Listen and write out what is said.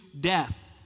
death